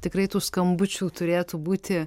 tikrai tų skambučių turėtų būti